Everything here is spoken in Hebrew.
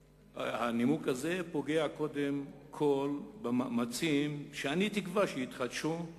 פוגע קודם כול במאמצים, שאני מקווה שיתחדשו,